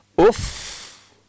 Oof